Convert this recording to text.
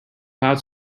clouds